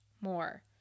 more